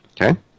Okay